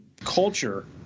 culture